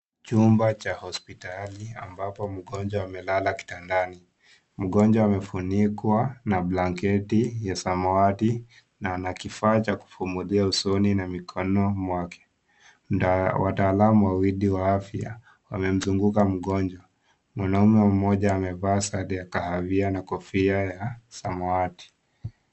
Chumba cha hospitali ambapo mgonjwa amelala kitandani mgonjwa amefunikwa na blanketi ya samawati na ana kifaa cha kupumulia usoni na mikono wake wataalam wawili wa afya wamemzunguka mgonjwa, mwanaume mmoja amevaa sare ya kahawia na kofia ya samawati.